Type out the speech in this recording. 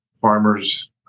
farmers